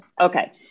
Okay